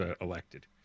elected